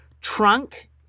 trunk